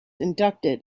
inducted